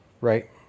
Right